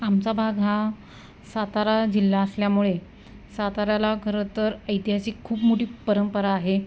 आमचा भाग हा सातारा जिल्हा असल्यामुळे साताऱ्याला खरं तर ऐतिहासिक खूप मोठी परंपरा आहे